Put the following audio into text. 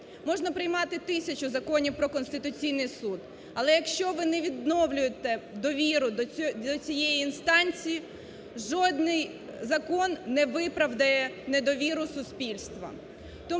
Можна приймати тисячу законів про Конституційний суд, але, якщо ви не відновлюєте довіру до цієї інстанції, жодний закон не виправдає недовіру суспільства.